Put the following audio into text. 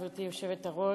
גברתי היושבת-ראש,